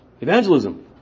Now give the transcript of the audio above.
evangelism